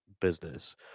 business